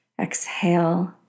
Exhale